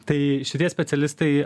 tai šitie specialistai